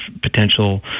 potential